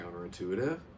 counterintuitive